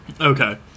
Okay